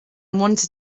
wanted